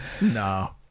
No